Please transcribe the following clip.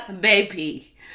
baby